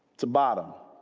to bottom